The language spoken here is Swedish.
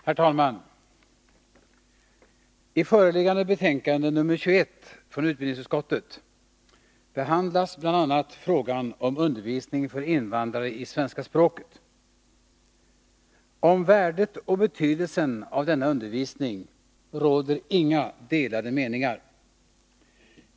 Herr talman! I föreliggande betänkande nr 21 från utbildningsutskottet behandlas bl.a. frågan om undervisning för invandrare i svenska språket. Om värdet och betydelsen av denna undervisning råder inga delade meningar.